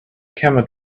camel